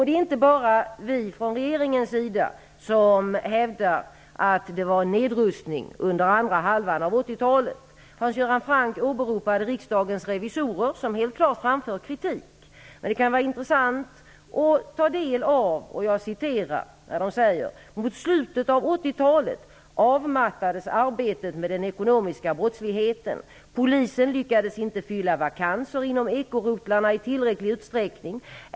Det är inte bara vi från regeringens sida som hävdar att det var en nedrustning under andra halvan av 80-talet. Hans Göran Franck åberopade riksdagens revisorer, som helt klart framför kritik. Men det kan vara intressant att ta del av det de säger: Mot slutet av 80-talet avmattades arbetet med den ekonomiska brottsligheten. Polisen lyckades inte fylla vakanser inom ekorotlarna i tillräcklig utsträckning.